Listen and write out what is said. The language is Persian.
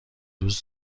روز